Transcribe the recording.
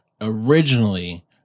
originally